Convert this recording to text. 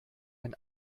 ein